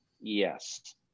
Yes